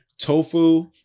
Tofu